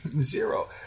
Zero